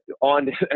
on